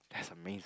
that's amazing